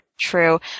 true